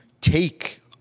take